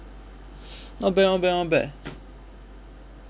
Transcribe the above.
not bad not bad not bad